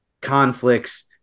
conflicts